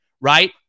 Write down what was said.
right